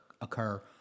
occur